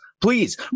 Please